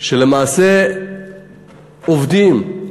שלמעשה עובדים,